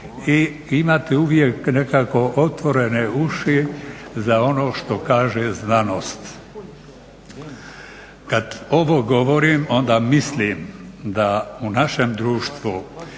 i imati uvijek nekako otvorene uši za ono što kaže znanost. Kad ovo govorim onda mislim da u naše društvu